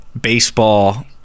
baseball